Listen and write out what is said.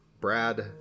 Brad